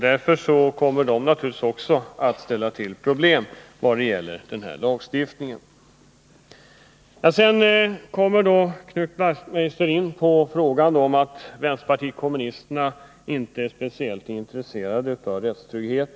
Därför kommer sådana naturligtvis att ställa till problem också vid tillämpningen av den här lagstiftningen. Sedan menade Knut Wachtmeister att vänsterpartiet kommunisterna inte är speciellt intresserat av rättssäkerhet.